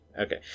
okay